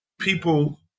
people